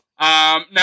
Now